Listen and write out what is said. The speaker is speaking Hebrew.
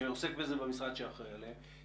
שעוסק בזה במשרד שאחראי עליהן,